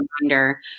reminder